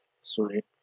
Sweet